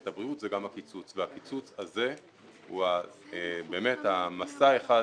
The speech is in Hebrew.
הבריאות זה גם הקיצוץ והקיצוץ הזה הוא באמת משא אחד